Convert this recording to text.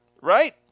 right